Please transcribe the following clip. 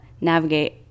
navigate